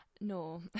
no